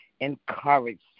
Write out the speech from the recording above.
encourage